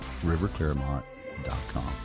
riverclaremont.com